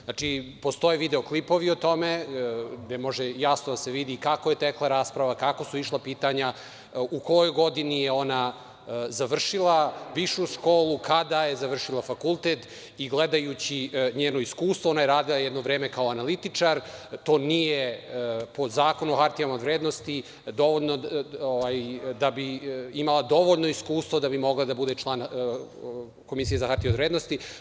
Znači, postoje video klipovi o tome gde može jasno da se vidi kako je tekla rasprava, kako su išla pitanja, u kojoj godini je ona završila višu školu, kada je završila fakultet, i gledajući njeno iskustvo, ona je radila jedno vreme kao analitičar, to nije po Zakonu o hartijama od vrednosti dovoljno da bi imala dovoljno iskustvo da bi mogla da bude član Komisije za hartije od vrednosti.